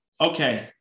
Okay